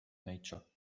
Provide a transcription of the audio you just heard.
nature